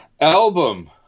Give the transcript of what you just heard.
Album